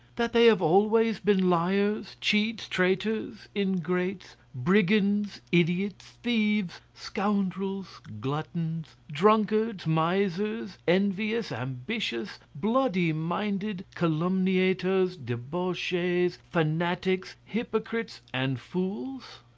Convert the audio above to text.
that they have always been liars, cheats, traitors, ingrates, brigands, idiots, thieves, scoundrels, gluttons, drunkards, misers, envious, ambitious, bloody-minded, calumniators, debauchees, fanatics, hypocrites, and fools?